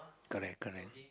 correct correct